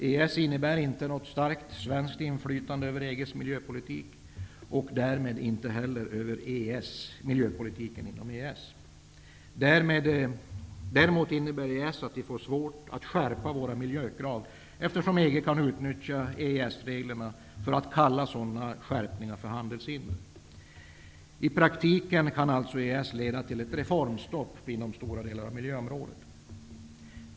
EES innebär inte något starkt svenskt inflytande över EG:s miljöpolitik och därmed inte heller över miljöpolitiken inom EES. Däremot innebär EES att vi får svårt att skärpa våra miljökrav, eftersom EG kan utnyttja EES reglerna och kalla sådana skärpningar för handelshinder. I praktiken kan alltså EES leda till ett reformstopp inom stora delar av miljöområdet.